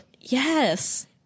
Yes